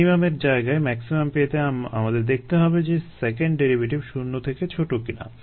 মিনিমামের জায়গায় ম্যাক্সিমাম পেতে আমাদের দেখতে হবে যে সেকেন্ড ডেরিভেটিভ শূণ্য থেকে ছোট কিনা